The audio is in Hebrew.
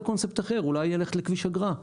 קונספט אחר; אולי ללכת על כביש אגרה.